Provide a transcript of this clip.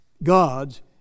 God's